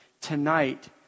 tonight